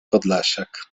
podlasiak